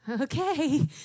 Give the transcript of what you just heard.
Okay